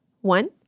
One